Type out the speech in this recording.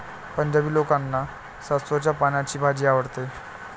पंजाबी लोकांना सरसोंच्या पानांची भाजी आवडते